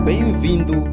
Bem-vindo